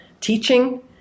teaching